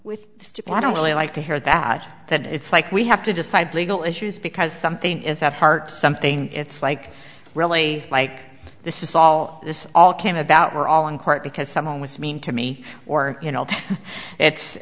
stupid i don't really like hear that that it's like we have to decide legal issues because something is at heart something it's like really like this is all this all came about we're all in court because someone was mean to me or you know it's